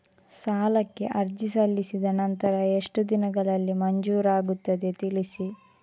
ಸಾಲಕ್ಕೆ ಅರ್ಜಿ ಸಲ್ಲಿಸಿದ ನಂತರ ಎಷ್ಟು ದಿನಗಳಲ್ಲಿ ಮಂಜೂರಾಗುತ್ತದೆ ತಿಳಿಸಿ?